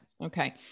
Okay